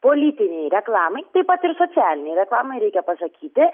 politinei reklamai taip pat ir socialinei reklamai reikia pasakyti